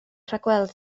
rhagweld